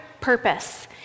purpose